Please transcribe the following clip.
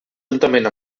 juntament